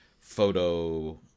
photo